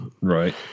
Right